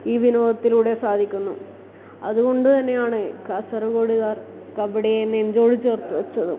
ഈ വിനോദത്തിലൂടെ സാധിക്കുന്നു അതുകൊണ്ട് തന്നെയാണ് കാസർകോടുകാർ കബഡിയെ നെഞ്ചോട് ചേർത്ത് വച്ചതും